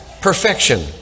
perfection